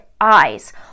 eyes